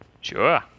Sure